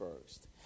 first